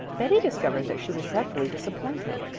betty discovered that she was dreadfully disappointed.